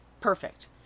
perfect